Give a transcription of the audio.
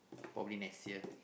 probably next year